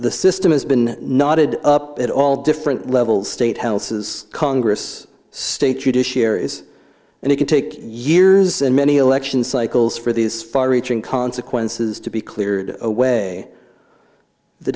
the system has been knotted up at all different levels state houses congress state judiciaries and it can take years and many election cycles for these far reaching consequences to be cleared away the